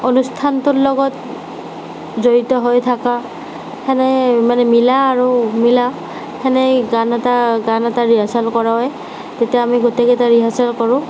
অনুষ্ঠানটোৰ লগত জড়িত হৈ থকা তেনে মানে মিলা আৰু মিলা তেনে গান এটা গান এটা ৰিহাৰ্চেল কৰোৱাই তেতিয়া আমি গোটেইকেইটা ৰিহাৰ্চেল কৰোঁ